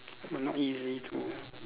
but not easy to